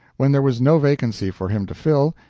when there was no vacancy for him to fill,